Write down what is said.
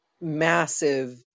massive